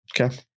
Okay